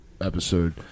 episode